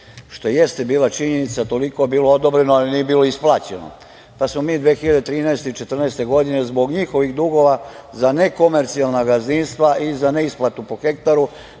što jeste bila činjenica, toliko je bilo odobreno, ali nije bilo isplaćeno. Onda smo mi 2013. i 2014. godine zbog njihovih dugova za nekomercijalna gazdinstva i za neisplatu po hektaru